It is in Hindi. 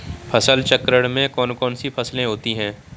फसल चक्रण में कौन कौन सी फसलें होती हैं?